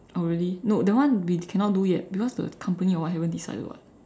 oh really no that one we cannot do yet because the company or what haven't decided [what]